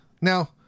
Now